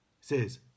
says